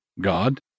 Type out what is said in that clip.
God